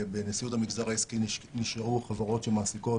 בנשיאות המגזר העסקי נשארו חברות שמעסיקות